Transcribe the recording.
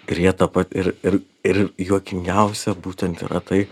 ir jie tą ir ir ir juokingiausia būtent yra tai